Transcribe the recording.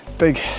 big